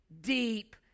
deep